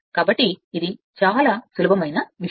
కాబట్టి ఇది చాలా సులభమైన విషయం